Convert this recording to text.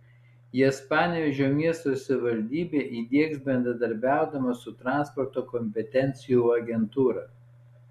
jas panevėžio miesto savivaldybė įdiegs bendradarbiaudama su transporto kompetencijų agentūra